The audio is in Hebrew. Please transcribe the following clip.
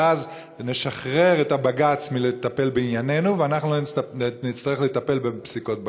ואז נשחרר את בג"ץ מלטפל בענייננו ואנחנו לא נצטרך לטפל בפסיקות בג"ץ.